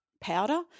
powder